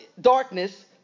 darkness